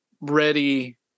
ready